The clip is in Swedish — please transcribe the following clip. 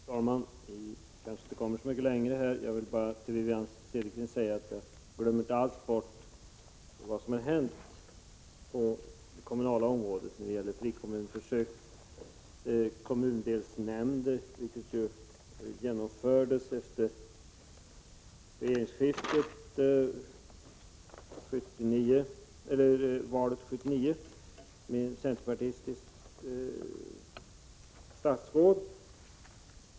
Fru talman! Vi kanske inte kommer så mycket längre i denna debatt. Jag vill bara till Wivi-Anne Cederqvist säga att jag inte alls glömt bort vad som har hänt på det kommunala området när det gäller frikommunförsöket. Kommundelsnämnder genomfördes efter valet 1979, initierat av ett centerpartistiskt statsråd.